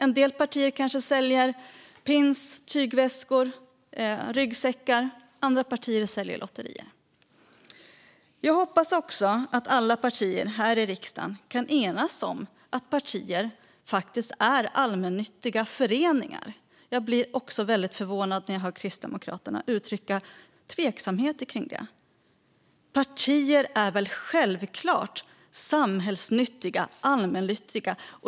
En del partier kanske säljer pins, tygväskor eller ryggsäckar. Andra partier säljer lotter. Jag hoppas också att alla partier här i riksdagen kan enas om att partier är allmännyttiga föreningar. Jag blir förvånad när jag hör Kristdemokraterna uttrycka tveksamhet när det gäller det. Partier är väl självklart samhällsnyttiga och allmännyttiga.